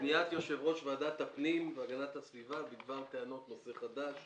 פניית יושב ראש ועדת הפנים והגנת הסביבה בדבר טענות נושא חדש